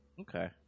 Okay